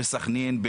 בסכנין,